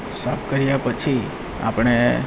સાફ કર્યા પછી આપણે